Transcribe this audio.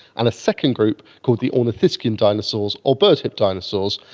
and a second group called the ornithischian dinosaurs or bird-hipped dinosaurs,